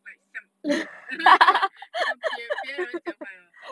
like 这样 then 我就 like 等解决讲他 liao